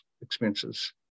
expenses